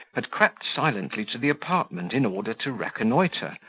had crept silently to the apartment in order to reconnoitre,